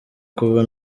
kuba